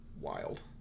Wild